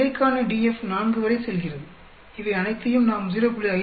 பிழைக்கான DF 4 வரை செல்கிறது இவை அனைத்தையும் நாம் 0